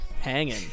hanging